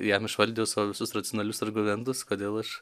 jam išvardijau savo visus racionalius argumentus kodėl aš